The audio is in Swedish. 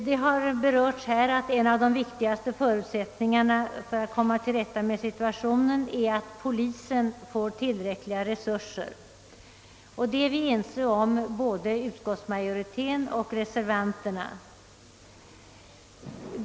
Det har nämnts här att en av de viktigaste förutsättningarna för att vi skall komma till rätta med situationen är att polisen får tillräckliga resurser; det är både utskottsmajoriteten och reservanterna ense om.